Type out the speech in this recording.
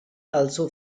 also